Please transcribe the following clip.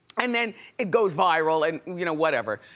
and then it goes viral and you know whatever.